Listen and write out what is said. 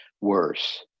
worse